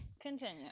Continue